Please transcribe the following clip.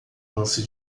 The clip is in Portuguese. lance